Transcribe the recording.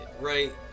right